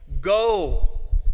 go